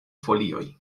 folioj